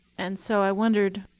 and so i wondered